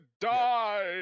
die